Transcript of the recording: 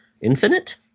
infinite